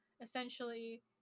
essentially